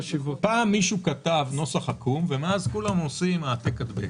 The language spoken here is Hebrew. פעם מישהו כתב נוסח עקום ומאז כולם עושים "העתק-הדבק".